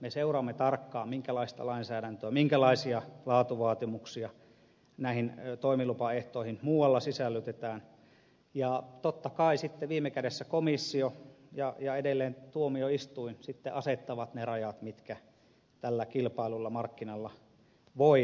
me seuraamme tarkkaan minkälaista lainsäädäntöä minkälaisia laatuvaatimuksia näihin toimilupaehtoihin muualla sisällytetään ja totta kai sitten viime kädessä komissio ja edelleen tuomioistuin asettavat ne rajat mitkä tällä kilpaillulla markkinalla voi toimilupaehtoihin asettaa